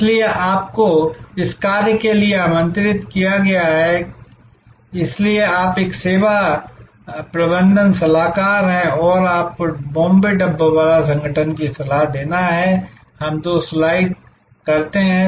इसलिए आपको इस कार्य के लिए आमंत्रित किया गया है इसलिए आप एक सेवा प्रबंधन सलाहकार हैं और आपको बॉम्बे डब्बावाला संगठन की सलाह देना है हम दो स्लाइड करते हैं